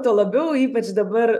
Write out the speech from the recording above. tuo labiau ypač dabar